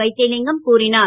வைத் லிங்கம் கூறினார்